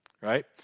right